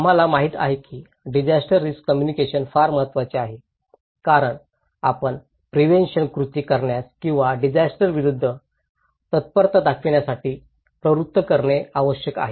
आम्हाला माहित आहे की डिजास्टर रिस्क कम्युनिकेशन फार महत्वाचे आहे कारण आपणास प्रिव्हेंशन कृती करण्यास किंवा डिजास्टरं विरूद्ध तत्परता दाखविण्यासाठी प्रवृत्त करणे आवश्यक आहे